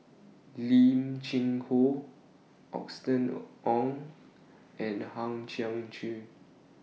Lim Cheng Hoe Austen O Ong and Hang Chang Chieh